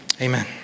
Amen